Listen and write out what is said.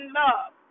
love